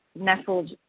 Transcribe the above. nestled